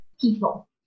people